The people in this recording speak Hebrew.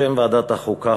בשם ועדת החוקה,